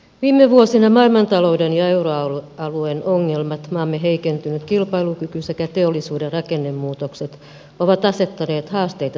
viime vuosina maailmantalouden ja euroalueen ongelmat maamme heikentynyt kilpailukyky sekä teollisuuden rakennemuutokset ovat asettaneet haasteita suomen taloudelle